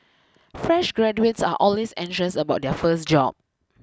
fresh graduates are always anxious about their first job